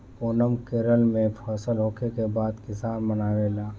ओनम केरल में फसल होखे के बाद किसान मनावेले